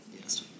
Yes